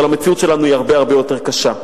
אבל המציאות שלנו היא הרבה הרבה יותר קשה.